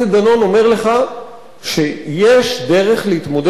אומר לך שיש דרך להתמודד עם הבעיה